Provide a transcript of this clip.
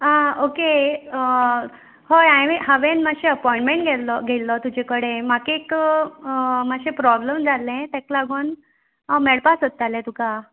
आं ओके हय हावेन मातशें एपोंयंटमेंट घेल्लो घेल्लो तुजे कडेन म्हाका एक मातशें प्रोब्लेम जाल्ले तेका लागोन हांव मेळपा सोदतालें तुका